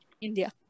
India